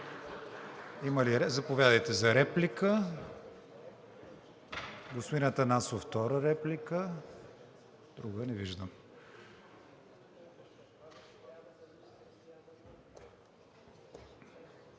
Балачев. Заповядайте за реплика. Господин Атанасов – втора реплика. Друга не виждам.